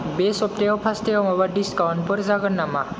बे सबथायाव पास्टायाव माबा डिसकाउन्टफोर जागोन नामा